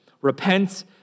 Repent